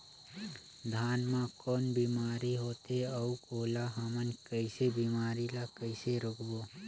धान मा कौन बीमारी होथे अउ ओला हमन कइसे बीमारी ला कइसे रोकबो?